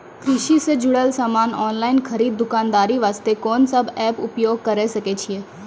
कृषि से जुड़ल समान ऑनलाइन खरीद दुकानदारी वास्ते कोंन सब एप्प उपयोग करें सकय छियै?